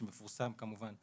שמפורסם כמובן,